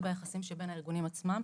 זה ביחסים שבין הארגונים עצמם.